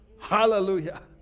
Hallelujah